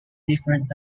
different